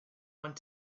want